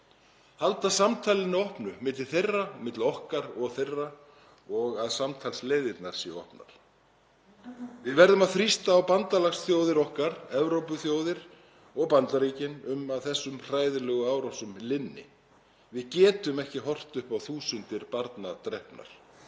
halda samtalinu opnu milli þeirra, milli okkar og þeirra og að samtalsleiðirnar séu opnar. Við verðum að þrýsta á bandalagsþjóðir okkar, Evrópuþjóðir og Bandaríkin, um að þessum hræðilegu árásum linni. Við getum ekki horft upp á þúsundir barna drepnar.